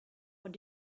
what